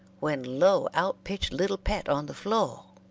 when lo! out pitched little pet on the floor.